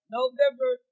November